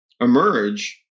emerge